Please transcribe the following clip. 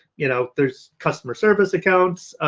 you know, there's customer service accounts.